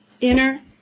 inner